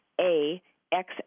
A-X